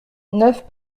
neuf